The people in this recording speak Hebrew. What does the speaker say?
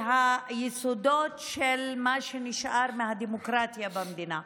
היסודות של מה שנשאר מהדמוקרטיה במדינה.